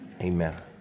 amen